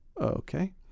Okay